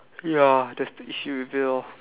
ya that's the issue with it lor